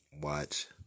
watch